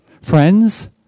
Friends